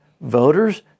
voters